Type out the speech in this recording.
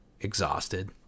exhausted